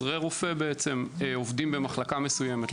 רופא עובדים במחלקה מסוימת,